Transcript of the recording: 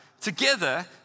together